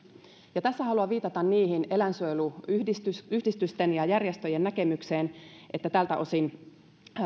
ja tässä haluan viitata niihin eläinsuojeluyhdistysten ja järjestöjen näkemykseen että tältä osin